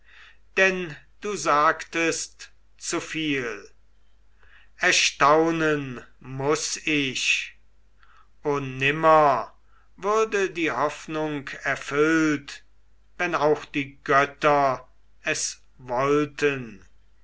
denn du sagtest zu viel erstaunen muß ich o nimmer würde die hoffnung erfüllt wenn auch die götter es wollten